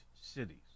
Cities